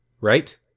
right